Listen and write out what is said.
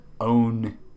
own –